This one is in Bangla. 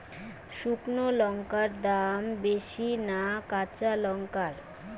শুক্নো লঙ্কার দাম বেশি না কাঁচা লঙ্কার?